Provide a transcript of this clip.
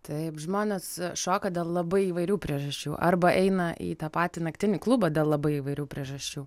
taip žmonės šoka dėl labai įvairių priežasčių arba eina į tą patį naktinį klubą dėl labai įvairių priežasčių